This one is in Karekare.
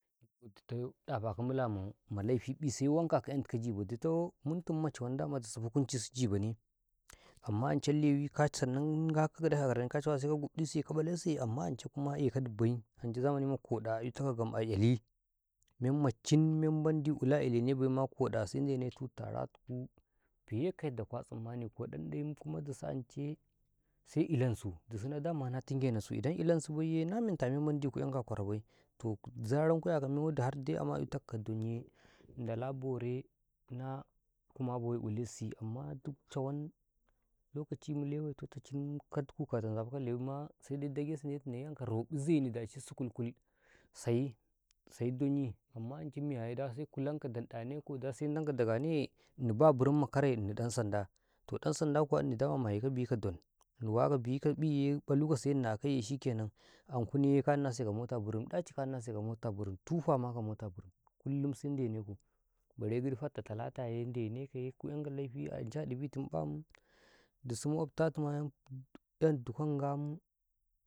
﻿digoo ditoh ɗafakaw nƃila ma laifi'i se wankakaw 'yantikaw jibaw ditoh muntum 'yantikaw jibaw ditoh muntum ma cawan dama dusu hukunchi su giboh ne amma ance lewim nga ka gaɗakaw ƙyakaraniye ka cawa se ka gubdiso ka bai ance zamani ma koɗa eutatako gam a elai mem macin se ndene koda tai tara tuku fiyeka yadda kwa tsammani kodan daiyim kuma dusu ance se ilansu dusu daman na tingenasu idan ku elansu baiye na menta memmandi ku 'yankaw a kwaro bai toh zaran ku ƙyako mewadi har dai ama etakaw donye ndala bore na kuma boyi ilansi amma duku cawanm lokaci mu lewe tutachin ka duku katau nzefakaw lewi ma sede dagasi ndetu nai ankaw roƃi zeni dacshid skulll-kull sai donyi amma nekaw dase ndankaw daga nei ini ba birinma kare ini ɗan sanda toh ɗan sanda kuwa ini dama mayeko bika don ini wakaw bika ƃiye ƃaluka siyani a akaiye shikenan ankuniye ka ninase ka mota burun dachi ka ninse ka mota burun tufama ko mota burun dana waike bare gidi fatta tala taye ndenekaye ku 'yantekaw laifiye ance a ɗibitim ƃam dusu maƙonftatin ayam dukwan nga